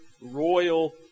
royal